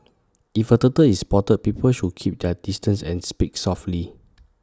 if A turtle is spotted people should keep their distance and speak softly